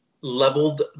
leveled